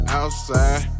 outside